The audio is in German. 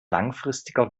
langfristiger